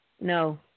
No